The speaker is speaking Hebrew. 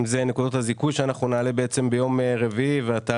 אם זה נקודות הזיכוי שנעלה ביום רביעי ואתה,